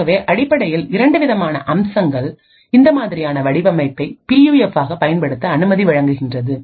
ஆகவே அடிப்படையில் இரண்டு விதமான அம்சங்கள் இந்த மாதிரியான வடிவமைப்பை பி யூஎஃப் ஆக பயன்படுத்த அனுமதி வழங்குகின்றது